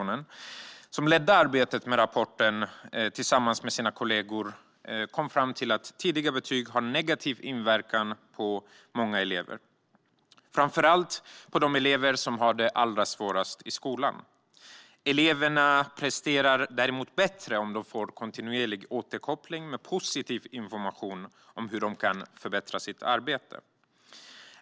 Lundahl ledde arbetet med rapporten och kom tillsammans med sina kollegor fram till att tidiga betyg har negativ inverkan på många elever, framför allt på de elever som har det svårast i skolan. Eleverna presterar däremot bättre om de får kontinuerlig återkoppling med positiv information om hur de kan förbättra sitt arbete.